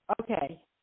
Okay